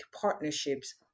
partnerships